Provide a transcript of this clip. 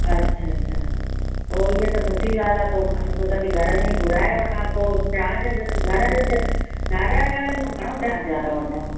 अच्छा अच्छा पोइ इहो त सुठी ॻाल्हि आहे पोइ मां सोचां थी घर में ई घुराए वठां पोइ चार्ज घर जो धरु अचण जो घणो चार्ज ज़्यादा वठंदव